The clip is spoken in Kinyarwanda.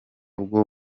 bwo